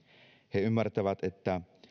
he ymmärtävät että